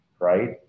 right